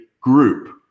group